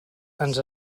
ens